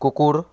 কুকুৰ